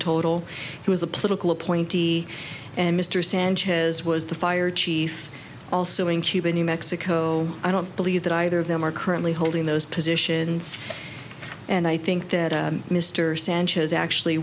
total he was a political appointee and mr sanchez was the fire chief also in cuba new mexico i don't believe that either of them are currently holding those positions and i think that mr sanchez actually